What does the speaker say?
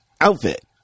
outfit